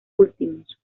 últimos